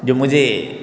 जो मुझे